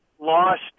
lost